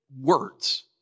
words